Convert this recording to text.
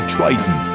Triton